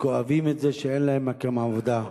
כואבים את זה שאין להם מקום עבודה,